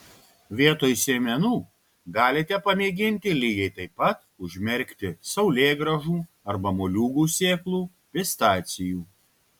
vietoj sėmenų galite pamėginti lygiai taip pat užmerkti saulėgrąžų arba moliūgų sėklų pistacijų